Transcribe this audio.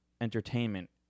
entertainment